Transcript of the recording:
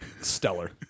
stellar